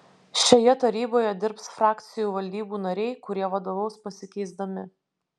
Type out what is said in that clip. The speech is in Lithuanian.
šioje taryboje dirbs frakcijų valdybų nariai kurie vadovaus pasikeisdami